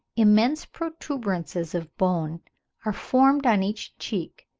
immense protuberances of bone are formed on each cheek,